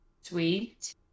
sweet